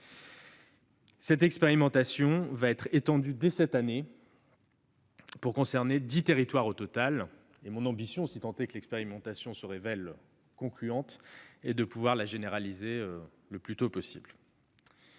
Cette expérimentation va être étendue dès cette année, pour concerner dix territoires au total. Mon ambition, si elle se révèle concluante, est de pouvoir la généraliser le plus tôt possible.